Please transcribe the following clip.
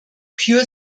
pure